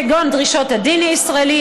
כגון דרישות הדין הישראלי,